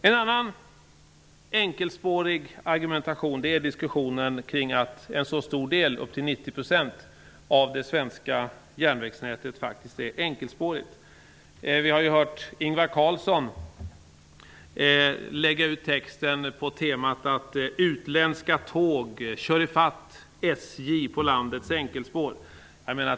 En annan enkelspårig argumentation är diskussionen kring att en så stor del som upp till Vi har hört Ingvar Carlsson lägga ut texten på temat att utländska tåg kör i fatt SJ på landets enkelspår.